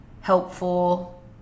helpful